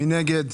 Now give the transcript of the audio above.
מי נגד?